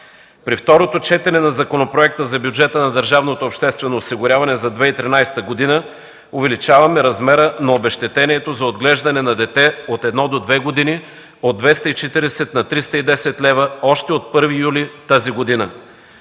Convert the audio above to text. При второто четене на Законопроекта за бюджета на държавното обществено осигуряване за 2013 г. увеличаваме размера на обезщетението за отглеждане на дете от една до две години от 240 на 310 лв. още от 1 юли тази година.